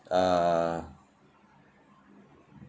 uh